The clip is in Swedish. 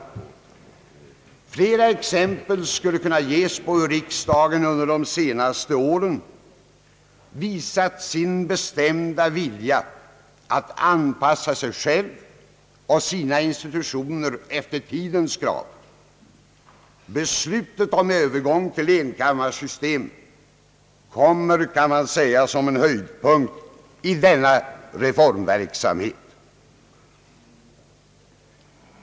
Flera exempel skulle kunna ges på lur riksdagen under de senaste åren visat sin bestämda vilja att anpassa sig själv och sina institutioner efter tidens krav. Beslutet om övergång till enkammarsystem kommer som en höjdpunkt i denna reformverksamhet.